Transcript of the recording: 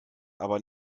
aber